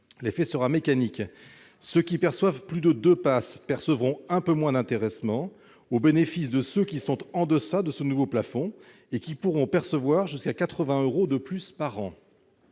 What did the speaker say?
L'effet sera mécanique : ceux qui perçoivent plus de deux PASS percevront un peu moins d'intéressement, au bénéfice de ceux qui sont en deçà de ce nouveau plafond et qui pourront percevoir jusqu'à 80 euros de plus par an.